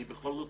אני בכל זאת